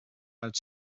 als